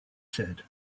said